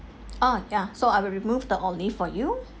ah ya so I will remove the olive for you